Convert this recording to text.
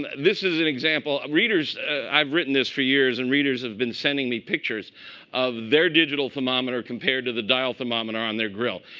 this is an example. ah i've written this for years, and readers have been sending me pictures of their digital thermometer compared to the dial thermometer on their grill.